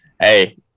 hey